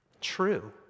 True